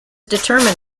determined